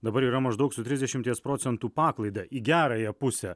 dabar yra maždaug su trisdešimties procentų paklaida į gerąją pusę